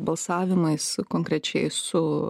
balsavimais konkrečiai su